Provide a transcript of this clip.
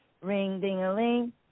ring-ding-a-ling